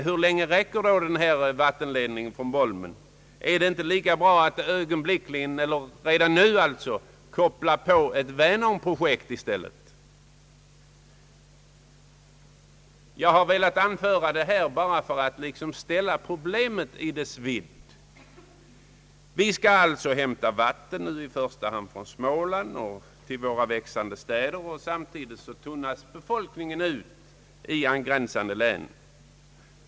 Hur länge räcker vattnet från Bolmen? Är det inte lika bra att redan nu koppla på ett vänernprojekt i stället? Jag har velat anföra detta bara för att liksom ställa upp problemet i hela dess vidd. Vi skall alltså hämta vatten i första hand från Småland till våra växande städer, och samtidigt tunnas befolkningen ut i angränsande län.